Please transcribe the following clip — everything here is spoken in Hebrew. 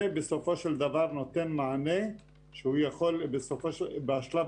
זה בסופו של דבר נותן מענה שיכול בשלב